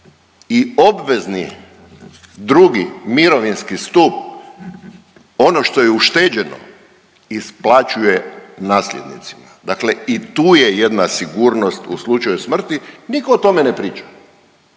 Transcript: i obvezni drugi mirovinski stup ono što je ušteđeno isplaćuje nasljednicima. Dakle, i tu je jedna sigurnost u slučaju smrti. Niko o tome ne priča,